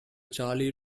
charley